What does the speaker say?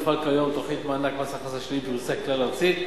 מופעלת כיום תוכנית מענק מס הכנסה שלילי בפריסה כלל-ארצית.